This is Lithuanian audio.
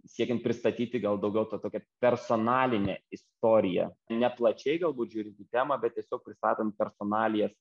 siekiant pristatyti gal daugiau tą tokią personalinę istoriją ne plačiai galbūt žiūrint į temą bet tiesiog pristatant personalijas